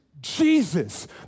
Jesus